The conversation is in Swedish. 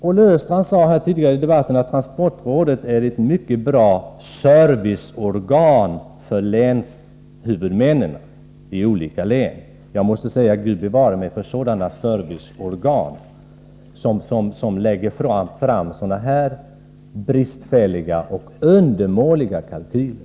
Olle Östrand sade tidigare i debatten att transportrådet är ett mycket bra serviceorgan för länshuvudmännen i olika län. Gud bevare mig för serviceorgan som lägger fram så bristfälliga och undermåliga kalkyler!